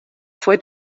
fue